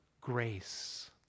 grace